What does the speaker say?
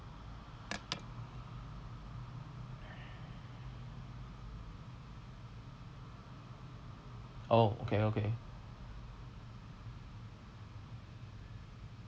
okay okay